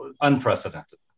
unprecedented